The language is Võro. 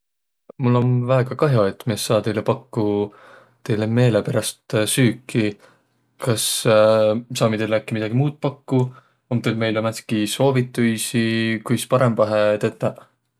Mul om väega kah'o, et mi es saaq teile pakkuq teile meeleperäst süüki. Kas saamiq äkki teile midägi muud pakkuq? Om teil meile määntsitki soovituisi, kuis parõmbahe tetäq?